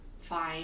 Fine